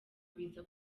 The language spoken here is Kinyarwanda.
biza